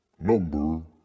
Number